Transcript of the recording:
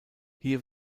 hier